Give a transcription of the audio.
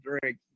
drink